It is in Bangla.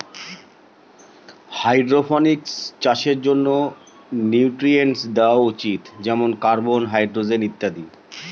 হাইড্রপনিক্স চাষের জন্য নিউট্রিয়েন্টস দেওয়া উচিত যেমন কার্বন, হাইড্রজেন ইত্যাদি